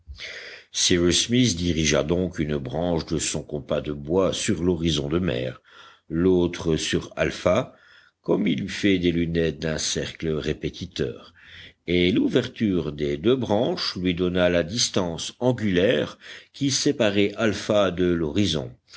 smith dirigea donc une branche de son compas de bois sur l'horizon de mer l'autre sur alpha comme il eût fait des lunettes d'un cercle répétiteur et l'ouverture des deux branches lui donna la distance angulaire qui séparait alpha de l'horizon